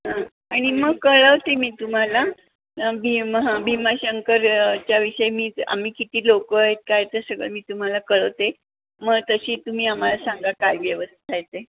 हां आणि मग कळवते मी तुम्हाला भीम हं भीमाशंकरच्या विषयी मी आम्ही किती लोक आहेत काय ते सगळं मी तुम्हाला कळवते मग तशी तुम्ही आम्हाला सांगा काय व्यवस्था आहे ते